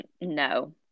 No